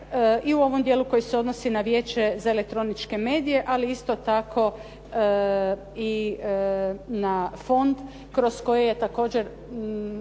i u ovom dijelu koji se odnosi na Vijeće za elektroničke medije ali isto tako i na fond kroz koji je također